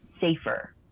safer